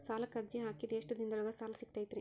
ಸಾಲಕ್ಕ ಅರ್ಜಿ ಹಾಕಿದ್ ಎಷ್ಟ ದಿನದೊಳಗ ಸಾಲ ಸಿಗತೈತ್ರಿ?